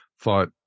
thought